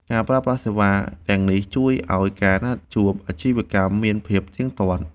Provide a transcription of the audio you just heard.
ការប្រើប្រាស់សេវាទាំងនេះ ជួយឱ្យការណាត់ជួបអាជីវកម្មមានភាពទៀងទាត់។